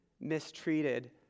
mistreated